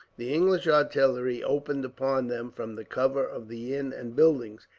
the english artillery opened upon them from the cover of the inn and buildings,